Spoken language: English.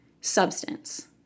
substance